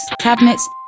cabinets